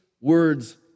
words